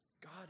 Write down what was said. God